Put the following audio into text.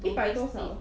一百多少